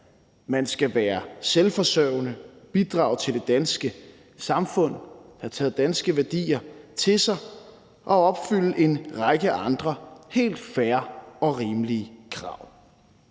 man skal være selvforsørgende og bidrage til det danske samfund, have taget danske værdier til sig og opfylde en række andre helt fair og rimelige krav.